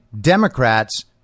Democrats